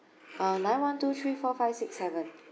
uh nine one two three four five six seven